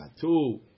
Two